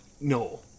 No